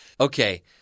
Okay